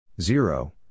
Zero